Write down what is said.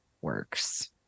works